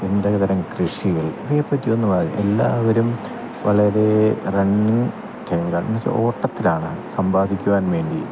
എന്തക്കെ തരം കൃഷികള് ഇതിനെപ്പറ്റി ഒന്നും ആ എല്ലാവരും വളരെ റണ്ണിങ് റണ്ണിങ് എന്നുവച്ചാല് ഓട്ടത്തിലാണ് സമ്പാദിക്കുവാൻ വേണ്ടി